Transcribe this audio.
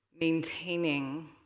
maintaining